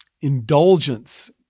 indulgence